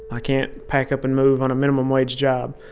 i can't pack up and move on a minimum-wage job.